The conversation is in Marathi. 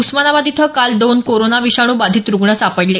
उस्मानाबाद इथं काल दोन कोरोना विषाणू बाधित रुग्ण सापडले